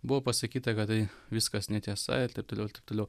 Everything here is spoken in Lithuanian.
buvo pasakyta kad tai viskas netiesa ir taip toliau ir taip toliau